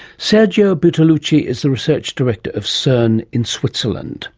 sergio bertolucci is the research director of cern in switzerland